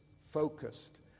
focused